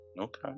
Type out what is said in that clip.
Okay